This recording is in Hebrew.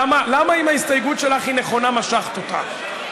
למה אם ההסתייגות שלך היא נכונה משכת אותה?